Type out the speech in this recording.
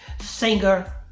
singer